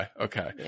Okay